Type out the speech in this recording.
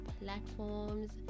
platforms